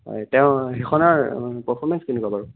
হয় তেওঁ সেইখনৰ পাৰ্ফ'ৰ্মেন্স কেনেকুৱা বাৰু